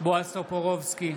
בועז טופורובסקי,